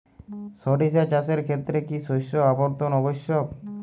সরিষা চাষের ক্ষেত্রে কি শস্য আবর্তন আবশ্যক?